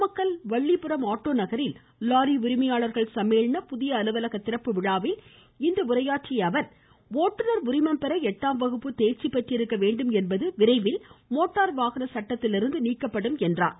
Namakkal Vallipuram auto நகரில் lorry உரிமையாளர்கள் சம்மேளன புதிய அலுவலக திறப்பு விழாவில் இன்று உரையாற்றிய அவர் ஓட்டுனர் உரிமம் பெற எட்டாம் வகுப்பு தேர்ச்சி பெற்றிருக்க வேண்டும் என்பது விரைவில் மோட்டார் வாகன சட்டத்திலிருந்து நீக்கப்படும் என்று குறிப்பிட்டார்